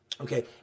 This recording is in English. okay